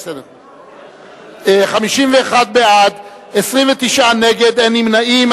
51 בעד, 29 נגד, אין נמנעים.